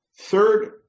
Third